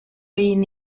egin